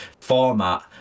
format